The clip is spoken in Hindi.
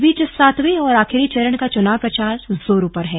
इस बीच सातवें और आखिरी चरण का चुनाव प्रचार जोरों पर है